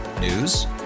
News